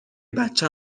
بچه